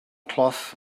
cloth